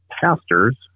pastors